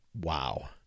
wow